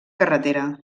carretera